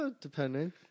Depending